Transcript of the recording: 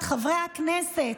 את חברי הכנסת: